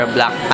Black